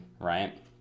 Right